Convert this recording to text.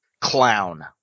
clown